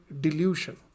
delusion